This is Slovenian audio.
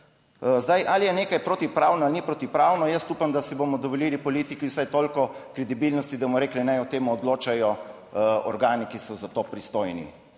Zdaj, ali je nekaj protipravno ali ni protipravno, jaz upam, da si bomo dovolili politiki vsaj toliko kredibilnosti, da bomo rekli naj o tem odločajo organi, ki so za to pristojni.